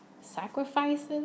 sacrifices